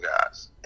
guys